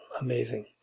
amazing